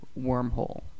wormhole